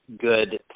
good